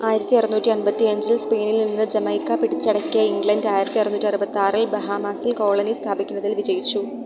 ആയിരത്തി അറുന്നൂറ്റി അമ്പത്തി അഞ്ചിൽ സ്പെയിനിൽനിന്ന് ജമൈക്ക പിടിച്ചടക്കിയ ഇംഗ്ലണ്ട് ആയിരത്തി അറുന്നൂറ്റി അറുപത്താറിൽ ബഹാമാസി കോളനി സ്ഥാപിക്കുന്നതിൽ വിജയിച്ചു